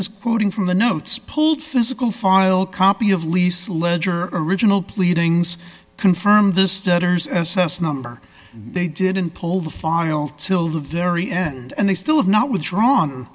is quoting from the notes pulled physical file copy of lease ledger original pleadings confirm the starter's s s number they didn't pull the file till the very end and they still have not withdrawn